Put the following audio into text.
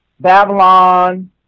Babylon